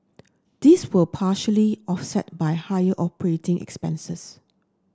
these were partially offset by higher operating expenses